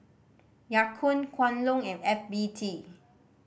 Ya Kun Kwan Loong and F B T